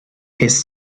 his